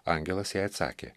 angelas jai atsakė